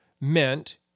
meant